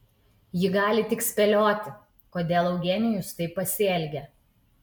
ji gali tik spėlioti kodėl eugenijus taip pasielgė